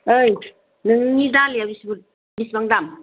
ओइ नोंनि दालिया बेसेबुद बेसेबां दाम